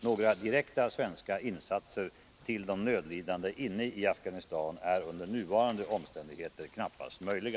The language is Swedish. Några direkta svenska insatser till de nödlidande inne i Afghanistan är under nuvarande omständigheter knappast möjliga.